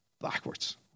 backwards